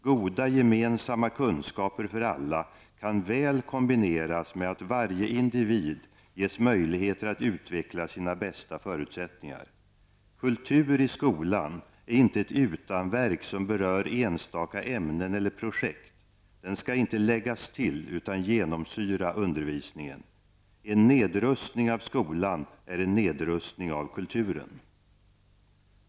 Goda gemensamma kunskaper för alla kan väl kombineras med att varje individ ges möjligheter att utveckla sina bästa förutsättningar. Kultur i skolan är inte ett utanverk som berör enstaka ämnen eller projekt -- den skall inte läggas till, utan genomsyra undervisningen. En nedrustning av skolan är en nedrustning av kulturen.